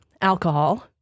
alcohol